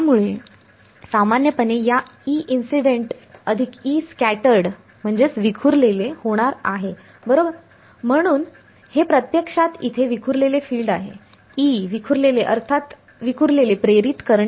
त्यामुळे सामान्यपणे या E इन्सिडेंट अधिक E स्कॅटरडscattered विखुरलेले होणार आहे बरोबर म्हणून हे प्रत्यक्षात इथे विखुरलेले फील्ड आहे E विखुरलेले अर्थात विखुरलेले प्रेरित करंटमुळे